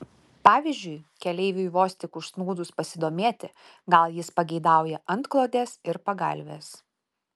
pavyzdžiui keleiviui vos tik užsnūdus pasidomėti gal jis pageidauja antklodės ir pagalvės